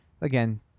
Again